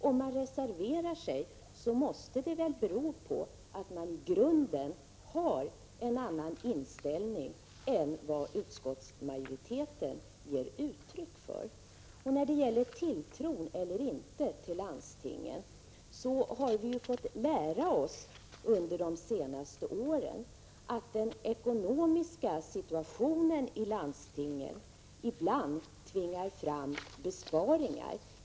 Om man reserverar sig måste det väl bero på att man i grunden har en annan inställning än vad utskottsmajoriteten ger uttryck för. Beträffande tilltro eller inte till landstingen har vi faktiskt fått lära oss under de senaste åren att den ekonomiska situationen i landstingen ibland tvingar fram besparingar.